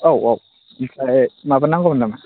औ औ ओमफ्राय माबा नांगौमोन नामा